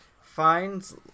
finds